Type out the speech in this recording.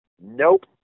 Nope